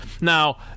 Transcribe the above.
Now